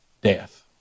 death